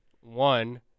One